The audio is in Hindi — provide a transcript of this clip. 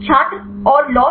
छात्र और लॉग